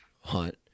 hunt